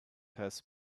has